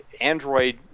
Android